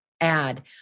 add